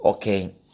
Okay